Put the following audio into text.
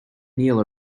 kneel